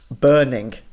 burning